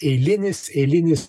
eilinis eilinis